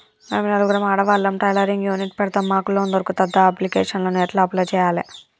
మేము నలుగురం ఆడవాళ్ళం టైలరింగ్ యూనిట్ పెడతం మాకు లోన్ దొర్కుతదా? అప్లికేషన్లను ఎట్ల అప్లయ్ చేయాలే?